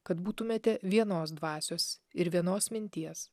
kad būtumėte vienos dvasios ir vienos minties